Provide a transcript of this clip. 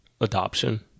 adoption